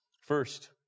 First